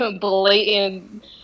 blatant